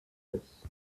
stess